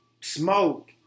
smoke